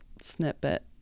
snippet